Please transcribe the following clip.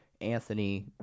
Anthony